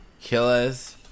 Killers